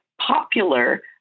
popular